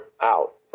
out